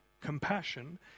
compassion